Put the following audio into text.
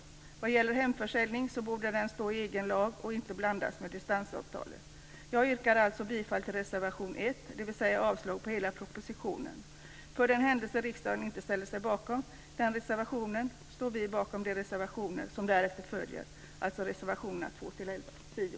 Vad gäller hemförsäljning borde den stå i en egen lag och inte blandas med distansavtal. Jag yrkar bifall till reservation 1, dvs. avslag på hela propositionen. För den händelse riksdagen inte ställer sig bakom den reservationen står vi bakom de reservationer som därefter följer, alltså reservationerna 2-10.